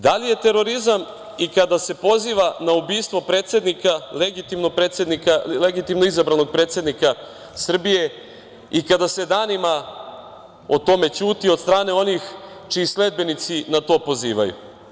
Da li je terorizam i kada se poziva na ubistvo predsednika, legitimnog predsednika, legitimno izabranog predsednika Srbije i kada se danima o tome ćuti od strane onih čiji sledbenici na to pozivaju?